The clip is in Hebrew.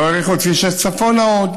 לא האריכו את כביש 6 צפונה עוד,